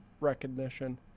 recognition